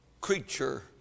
creature